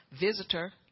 visitor